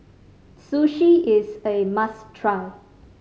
sushi is a must try